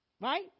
Right